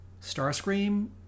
starscream